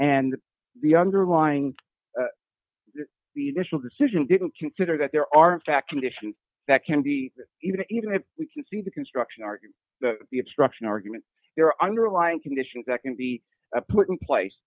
and the underlying the initial decision didn't consider that there are in fact conditions that can be even even if we can see the construction argue the obstruction argument there are underlying conditions that can be put in place